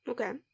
Okay